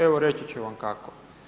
Evo reći ću vam kako.